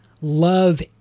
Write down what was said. love